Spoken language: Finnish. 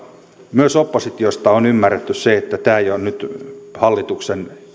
myös oppositiosta on ymmärretty se että tämä ei ole nyt